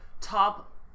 top